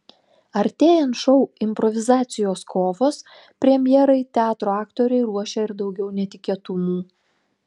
artėjant šou improvizacijos kovos premjerai teatro aktoriai ruošia ir daugiau netikėtumų